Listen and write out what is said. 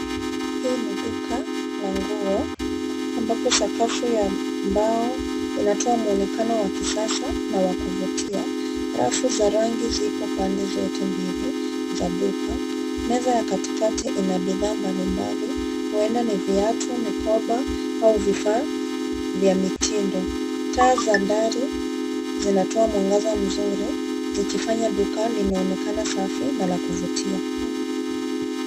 Hii ni duka la nguo ambapo sakafu ya mbao inatoa mwonekano wa kisasa na wa kuvutia. Rafu za rangi zipo pande zote mbili za duka. Meza ya katikati ina bidhaa mbalimbali huenda ni viatu mikoba au vifaa vya mitindo. Taa za dari zinatoa mwangaza mzuri zikifanya dukani inaonekana safi na la kuvutia.